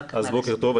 בוקר טוב.